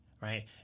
right